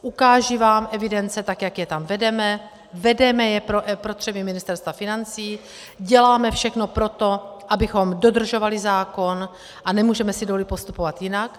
Ukážu vám evidence, tak jak je tam vedeme, vedeme je pro potřeby Ministerstva financí, děláme všechno pro to, abychom dodržovali zákon, a nemůžeme si dovolit postupovat jinak.